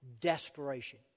Desperation